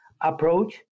approach